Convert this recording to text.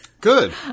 good